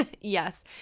yes